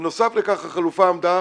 בנוסף לכך החלופה עמדה